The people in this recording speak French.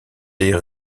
des